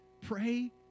pray